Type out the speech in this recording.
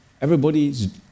Everybody's